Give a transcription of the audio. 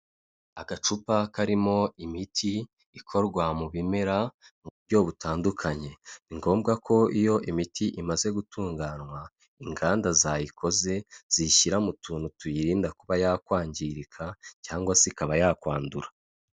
Agacupa karimo imiti ikorwa mu bimera mu buryo butandukanye, ni ngombwa ko iyo imiti imaze gutunganywa inganda zayikoze ziyishyira mu tuntu tuyirinda kuba yakwangirika cyangwa se ikaba yakwandura.